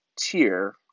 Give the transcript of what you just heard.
tier